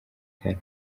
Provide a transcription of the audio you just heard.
kare